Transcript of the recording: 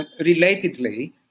Relatedly